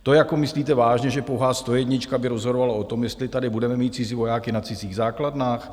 To jako myslíte vážně, že po vás stojednička by rozhodovala o tom, jestli tady budeme mít cizí vojáky na cizích základnách?